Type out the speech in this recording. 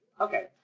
okay